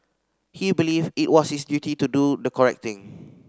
he believed it was his duty to do the correct thing